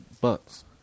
bucks